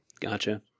Gotcha